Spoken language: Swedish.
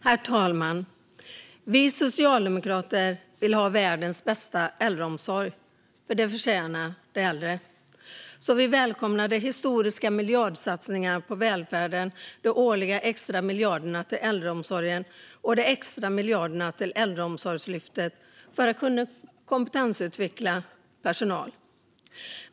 Herr talman! Vi socialdemokrater vill ha världens bästa äldreomsorg. Det förtjänar de äldre, så vi välkomnar de historiska miljardsatsningarna på välfärden, de årliga extra miljarderna till äldreomsorgen och de extra miljarderna till Äldreomsorgslyftet för att kunna kompetensutveckla personal.